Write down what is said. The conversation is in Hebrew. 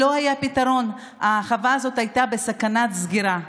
לא היה פתרון, החווה הזאת הייתה בסכנת סגירה,